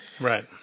Right